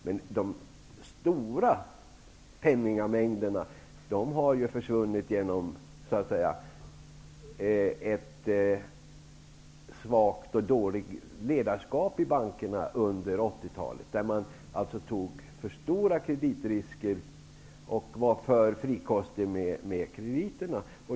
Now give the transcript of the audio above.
Men de stora penningmängderna har ju försvunnit genom ett svagt och dåligt ledarskap i bankerna under 80 talet, där man alltså tog för stora kreditrisker och var för frikostig med krediterna.